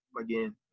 again